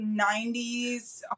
90s